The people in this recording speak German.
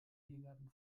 biergarten